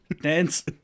Dance